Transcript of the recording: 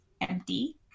empty